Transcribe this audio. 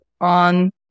on